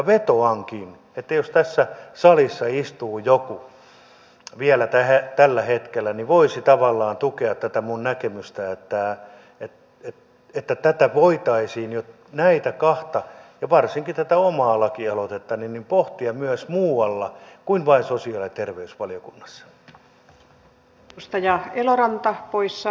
vetoankin että jos tässä salissa istuu joku vielä tällä hetkellä niin voisi tavallaan tukea tätä minun näkemystäni että tätä voitaisiin näitä kahta ja varsinkin tätä omaa lakialoitettani pohtia myös muualla kuin vain sosiaali ja terveysvaliokunnassa